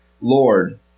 Lord